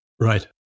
Right